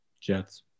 Jets